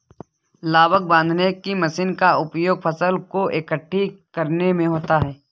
लावक बांधने की मशीन का उपयोग फसल को एकठी करने में होता है